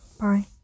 Bye